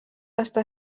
estar